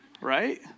Right